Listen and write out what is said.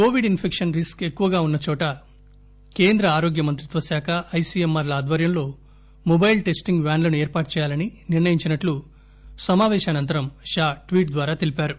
Covid infection risk ఎక్కువగా ఉన్నచోట కేంద్ర ఆరోగ్యమంత్రిత్వశాఖ ఐసిఎమ్ ఆర్ ల ఆధ్వర్యంలో మొబైల్ టెస్టింగ్ వ్యాన్లను ఏర్పాటుచేయాలని నిర్ణయించినట్లు సమాపేశానంతరం షా ట్వీట్ ద్వారా తెలిపారు